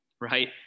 right